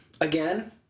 again